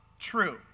true